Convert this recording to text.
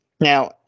Now